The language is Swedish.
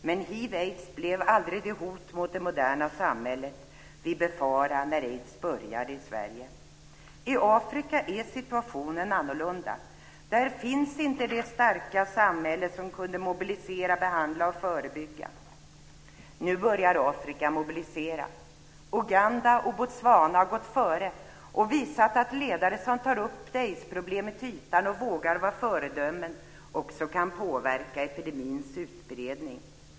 Men hiv/aids blev aldrig det hot mot det moderna samhället som vi befarade när kampen mot aids började i Sverige började. I Afrika var situationen annorlunda. Där fanns inte det starka samhälle som kunde mobilisera, behandla och förebygga. Nu börjar Afrika mobilisera. Uganda och Botswana har gått före och visat att ledare som tar upp aidsproblemet till ytan och vågar vara föredömen också kan påverka epidemins utbredning.